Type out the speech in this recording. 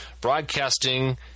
broadcasting